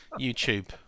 YouTube